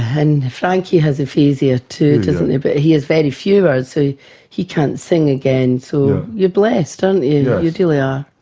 and frankie has aphasia too, doesn't he, but he has very few words, so he can't sing again. so you're blessed, aren't you, you really are.